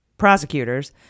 prosecutors